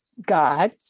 God